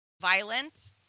violent